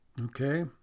Okay